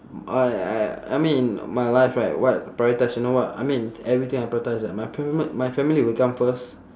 I I I mean my life right what prioritise you know what I mean everything I prioritise right my family my family will come first